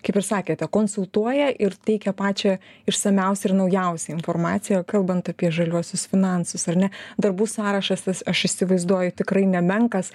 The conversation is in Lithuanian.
kaip ir sakėte konsultuoja ir teikia pačią išsamiausią ir naujausią informaciją kalbant apie žaliuosius finansus ar ne darbų sąrašas tas aš įsivaizduoju tikrai nemenkas